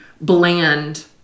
bland